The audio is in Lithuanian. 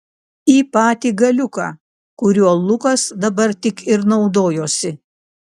į patį galiuką kuriuo lukas dabar tik ir naudojosi